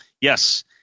Yes